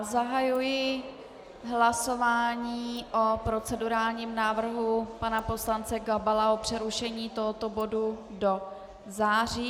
Zahajuji hlasování o procedurálním návrhu pana poslance Gabala o přerušení tohoto bodu do září.